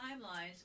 timelines